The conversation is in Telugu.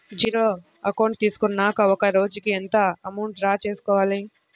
జీరో అకౌంట్ తీసుకున్నాక ఒక రోజుకి ఎంత అమౌంట్ డ్రా చేసుకోవాలి?